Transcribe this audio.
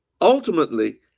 ultimately